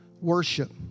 worship